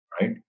right